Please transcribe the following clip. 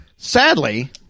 Sadly